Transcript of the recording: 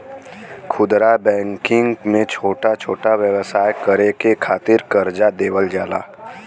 खुदरा बैंकिंग में छोटा छोटा व्यवसाय करे के खातिर करजा देवल जाला